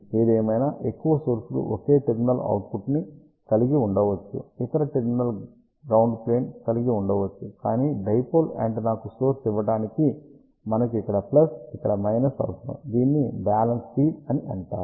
ఏదేమైనా ఎక్కువ సోర్స్ లు ఒకే టెర్మినల్ అవుట్పుట్ ని లిగి ఉండవచ్చు ఇతర టెర్మినల్స్ గ్రౌండ్ ప్లేన్ కలిగి ఉండవచ్చు కానీ డైపోల్ యాంటెన్నాకు సోర్స్ ఇవ్వడానికి మనకు ఇక్కడ ఇక్కడ అవసరం దీనిని బ్యాలన్స్ ఫీడ్ అని అంటారు